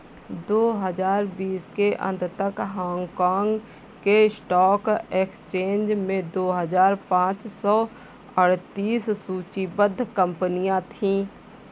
दो हजार बीस के अंत तक हांगकांग के स्टॉक एक्सचेंज में दो हजार पाँच सौ अड़तीस सूचीबद्ध कंपनियां थीं